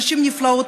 נשים נפלאות,